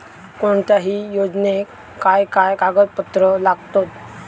कोणत्याही योजनेक काय काय कागदपत्र लागतत?